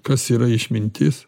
kas yra išmintis